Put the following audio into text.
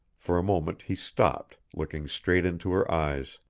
for a moment he stopped, looking straight into her eyes.